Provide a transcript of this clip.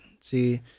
see